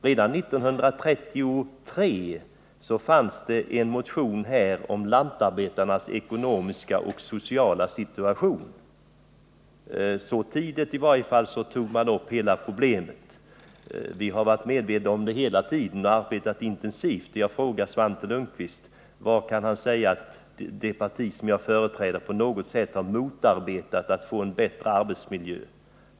Redan 1933 fanns det en motion om lantarbetarnas ekonomiska och sociala situation. Så tidigt i varje fall tog man upp hela problemet. Vi har varit medvetna om det hela tiden och arbetat intensivt. Kan Svante Lundkvist säga att det parti jag företräder på något sätt har motarbetat en bättre arbetsmiljö?